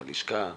שהלשכה קיבלה,